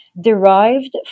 derived